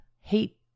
hate